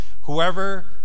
whoever